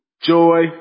joy